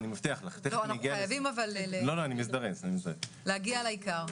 אנחנו חייבים להגיע לעיקר.